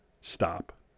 stop